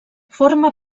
forma